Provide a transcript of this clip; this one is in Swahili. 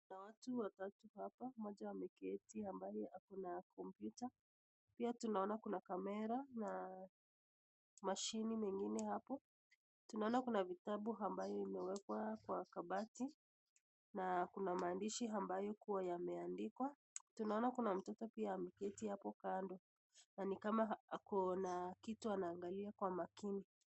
Kuna watu watatu hapa, mmoja ameketi ambaye ako na kompyuta pia tunaona kuna kamera na mashini nyingine hapo, tunaona kuna vitabu amabyo imewekwa kwa kabati na kuna maandishi ambayo yaliyokuwa yameandikwa, tunaona kuwa mtoto amaketi hapo kando na ni kama ako na kitu anaangalia kwa makini.